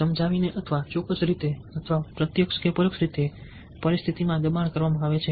સમજાવીને અથવા ચોક્કસ રીતે અથવા પ્રત્યક્ષકે પરોક્ષ રીતે પરિસ્થિતિમાં દબાણ કરવામાં આવે છે